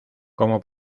como